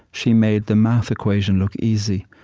she made the math equation look easy.